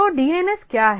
तो डीएनएस क्या है